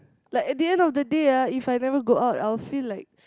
like at the end of the day ah if I never go out I will feel like